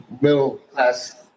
middle-class